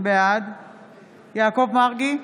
בעד יעקב מרגי,